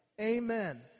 Amen